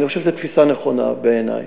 אני חושב שזו תפיסה נכונה, בעיני.